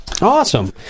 awesome